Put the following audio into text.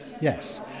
Yes